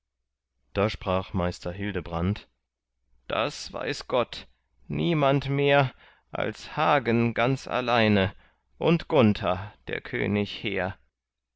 da sprach meister hildebrand das weiß gott niemand mehr als hagen ganz alleine und gunther der könig hehr